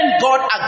God